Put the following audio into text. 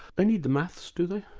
they need the maths, do they?